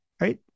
right